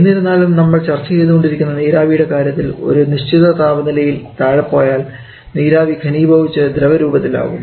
എന്നിരുന്നാലും നമ്മൾ ചർച്ച ചെയ്തുകൊണ്ടിരിക്കുന്ന നീരാവിയുടെ കാര്യത്തിൽ ഒരു നിശ്ചിത താപനിലയിൽ താഴെപ്പോയാൽ നീരാവി ഘനീഭവിച്ച് ദ്രവരൂപത്തിലാകും